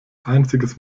einziges